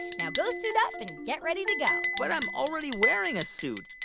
and now, go suit up and get ready to go but i'm already wearing a suit